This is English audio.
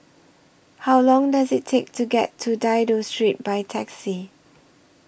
How Long Does IT Take to get to Dido Street By Taxi